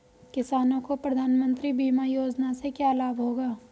किसानों को प्रधानमंत्री बीमा योजना से क्या लाभ होगा?